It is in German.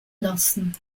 lassen